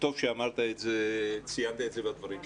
וטוב שציינת את זה בדברים שלך.